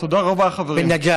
תודה רבה, חברים.